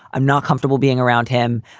i'm not comfortable being around him.